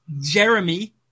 jeremy